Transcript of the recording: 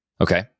Okay